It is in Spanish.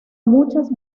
muchas